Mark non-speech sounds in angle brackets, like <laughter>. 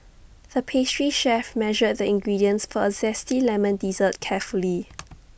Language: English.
the pastry chef measured the ingredients for A Zesty Lemon Dessert carefully <noise>